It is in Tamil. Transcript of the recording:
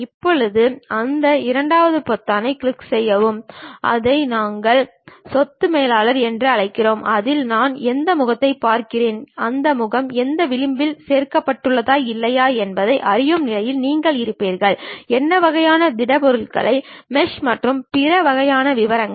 இப்போது அந்த இரண்டாவது பொத்தானை நோக்கி செல்வோம் அதை நாங்கள் சொத்து மேலாளர் என்று அழைக்கிறோம் அதில் நான் எந்த முகத்தை பார்க்கிறேன் அந்த முகம் எந்த விளிம்பிலும் சேர்க்கப்பட்டதா இல்லையா என்பதை அறியும் நிலையில் நீங்கள் இருப்பீர்கள் என்ன வகையான திடப்பொருட்கள் மெஷ் மற்றும் பிற வகையான விவரங்கள்